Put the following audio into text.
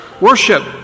Worship